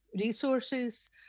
resources